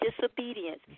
disobedience